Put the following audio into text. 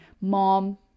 mom